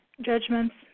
judgments